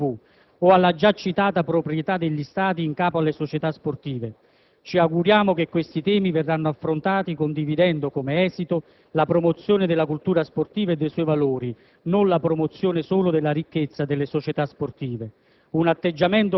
Penso alla mutualità nella redistribuzione delle risorse legate ai diritti televisivi, o alla già citata proprietà degli stadi in capo alle società sportive. Ci auguriamo che questi temi verranno affrontati condividendo, come esito, la promozione della cultura sportiva e dei suoi valori,